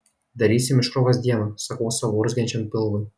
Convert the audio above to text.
darysim iškrovos dieną sakau savo urzgiančiam pilvui